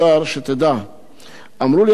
אמרו לי אסירים, כל אחד בשפתו,